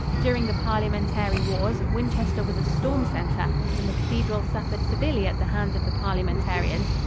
during the parliamentary wars winchester was a storm center and the cathedral suffered severely at the hands of the parliamentarians.